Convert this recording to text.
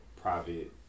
private